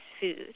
food